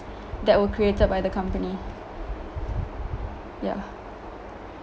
that were created by the company yeah